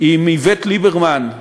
עם איווט ליברמן,